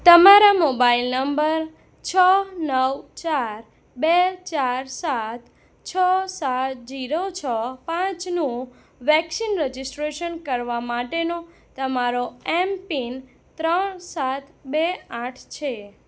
તમારા mobile number છ નવ ચાર બે ચાર સાત છ સાત જીરો છ પાંચનું વેક્સિન રજિસ્ટ્રેશન કરવા માટેનો તમારો એમ પિન ત્રણ સાત બે આઠ છે